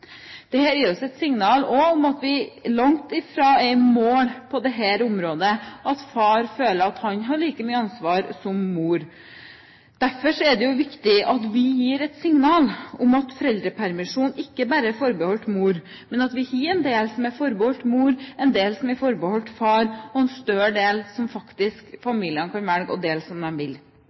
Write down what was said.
gir oss også et signal om at vi langt fra er i mål på dette området – at far føler at han har like mye ansvar som mor. Derfor er det jo viktig at vi gir et signal om at foreldrepermisjon ikke bare er forbeholdt mor, men at vi har en del som er forbeholdt mor, en del som er forbeholdt far, og en større del som familiene faktisk kan velge å dele som de vil.